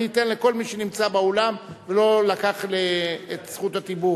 אני אתן לכל מי שנמצא באולם ולא לקח את זכות הדיבור.